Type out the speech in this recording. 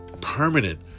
permanent